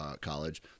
college